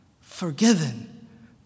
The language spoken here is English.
forgiven